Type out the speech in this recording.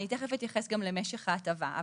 תכף אתייחס גם למשך ההטבה.